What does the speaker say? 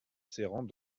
serrant